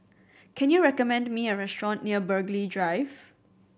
can you recommend me a restaurant near Burghley Drive